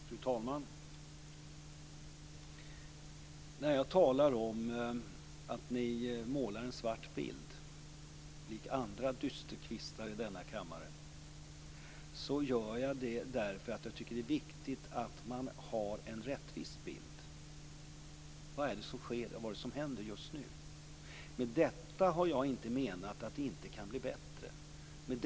Fru talman! När jag talar om att ni målar upp en svart bild, likt andra dysterkvistar i denna kammare, så gör jag det för att jag tycker att det är viktigt att man har en rättvis bild. Vad är det som sker? Vad är det som händer just nu? Med detta har jag inte menat att det inte kan bli bättre.